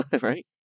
Right